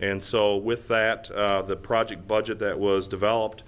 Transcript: and so with that the project budget that was developed